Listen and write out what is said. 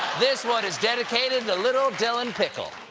this one is dedicated to little dylan pickle.